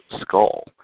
skull